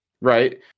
right